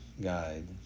guide